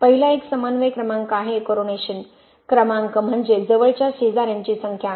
पहिला एक समन्वय क्रमांक आहे कोरोनेशन क्रमांक म्हणजे जवळच्या शेजाऱ्यांची संख्या